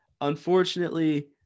unfortunately